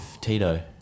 Tito